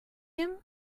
him